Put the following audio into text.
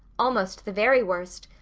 almost the very worst.